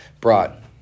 brought